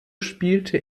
spielte